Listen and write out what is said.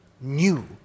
new